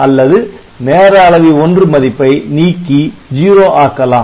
அல்லது நேர அளவி 1 மதிப்பை நீக்கி '0' ஆக்கலாம்